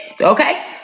Okay